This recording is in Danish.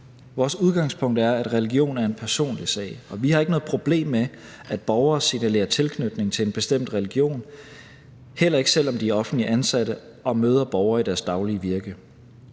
Vores udgangspunkt er, at religion er en personlig sag, og vi har ikke noget problem med, at borgere signalerer tilknytning til en bestemt religion, heller ikke selv om de er offentligt ansatte og møder borgere i deres daglige virke.